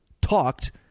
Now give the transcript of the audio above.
talked